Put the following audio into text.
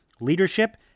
leadership